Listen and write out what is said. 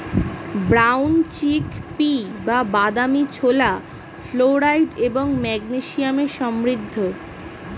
brown chickpea বা বাদামী ছোলা ফ্লোরাইড এবং ম্যাগনেসিয়ামে সমৃদ্ধ